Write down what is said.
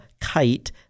kite